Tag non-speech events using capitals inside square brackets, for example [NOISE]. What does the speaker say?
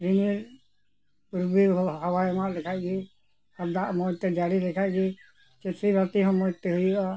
ᱨᱤᱢᱤᱞ [UNINTELLIGIBLE] ᱦᱟᱣᱟᱭ ᱮᱢᱟᱜ ᱞᱮᱠᱷᱟᱱ ᱜᱮ ᱫᱟᱜ ᱢᱚᱡᱽ ᱛᱮ ᱡᱟᱺᱲᱤ ᱞᱮᱠᱷᱟᱱ ᱜᱮ ᱪᱟᱹᱥᱤ ᱵᱟᱹᱥᱤ ᱦᱚᱸ ᱢᱚᱡᱽ ᱛᱮ ᱦᱩᱭᱩᱜᱼᱟ